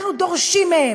אנחנו דורשים מהם,